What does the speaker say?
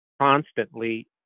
constantly